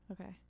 Okay